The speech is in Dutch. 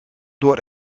door